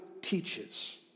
teaches